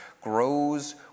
grows